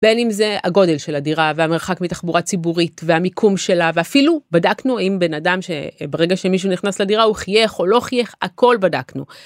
בין אם זה הגודל של הדירה והמרחק מתחבורה ציבורית והמיקום שלה ואפילו בדקנו אם בן אדם שברגע שמישהו נכנס לדירה הוא חייך או לא חייך הכל בדקנו.